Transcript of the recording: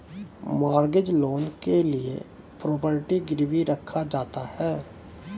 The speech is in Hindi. मॉर्गेज लोन के लिए प्रॉपर्टी गिरवी रखा जाता है